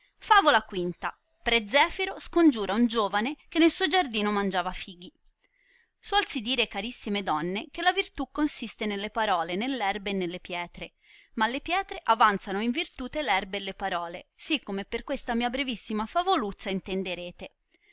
favola v pre zefiro scongiura un giovane che nel suo giardino mangiava fighi suolsi dire carissime donne che la virtù consiste nelle parole nell erbe e nelle pietre ma le pietre avanzano in virtute erbe e le parole sì come per questa mia brevissima favoluzza